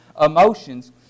emotions